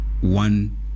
one